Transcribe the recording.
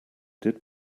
did